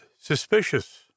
Suspicious